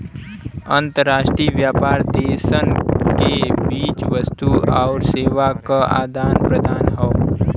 अंतर्राष्ट्रीय व्यापार देशन के बीच वस्तु आउर सेवा क आदान प्रदान हौ